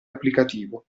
applicativo